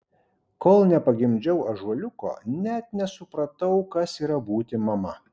kol nepagimdžiau ąžuoliuko net nesupratau kas yra būti mama